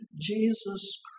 Jesus